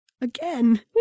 Again